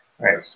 right